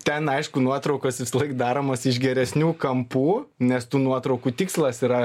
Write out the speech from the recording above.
ten aišku nuotraukos visąlaik daromos iš geresnių kampų nes tų nuotraukų tikslas yra